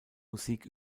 musik